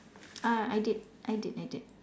ah I did I did I did